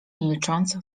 milcząc